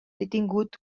detingut